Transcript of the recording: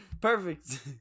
Perfect